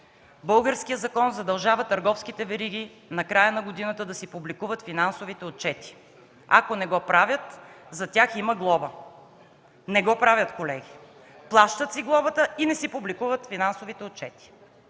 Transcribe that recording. българският закон задължава търговските вериги на края на годината да си публикуват финансовите отчети. Ако не го правят, за тях има глоба. Не го правят, колеги! Плащат си глобата и не си публикуват финансовите отчети.